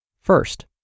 First